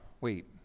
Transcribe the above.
wait